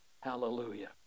Hallelujah